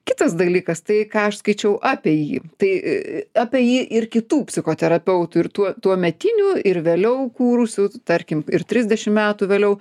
kitas dalykas tai ką aš skaičiau apie jį tai apie jį ir kitų psichoterapeutų ir tuo tuometinių ir vėliau kūrusių tarkim ir trisdešimt metų vėliau